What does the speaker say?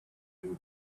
new